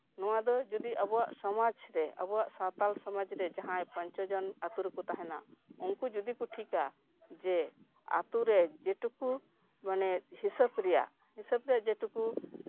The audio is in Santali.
ᱱᱚᱣᱟ ᱫᱚ ᱡᱚᱫᱚ ᱟᱵᱚᱣᱟᱜ ᱥᱚᱢᱟᱡᱽ ᱨᱮ ᱟᱵᱚᱣᱟᱜ ᱥᱟᱱᱛᱟᱲ ᱥᱚᱢᱟᱡᱽ ᱨᱮ ᱡᱟᱦᱟᱸᱭ ᱯᱟᱸᱪ ᱪᱷᱚ ᱡᱚᱱ ᱟᱛᱳ ᱨᱮᱠᱚ ᱛᱟᱦᱮᱱᱟ ᱩᱱᱠᱩ ᱡᱚᱫᱤ ᱠᱚ ᱴᱷᱤᱠᱼᱟ ᱡᱮ ᱟᱛᱳᱨᱮ ᱡᱮᱴᱩᱠᱩ ᱢᱟᱱᱮ ᱦᱤᱥᱟᱹᱵ ᱨᱮᱭᱟᱜ ᱦᱤᱥᱟᱹᱵ ᱨᱮ ᱡᱮᱴᱩᱠᱩ